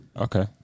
Okay